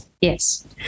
yes